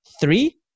Three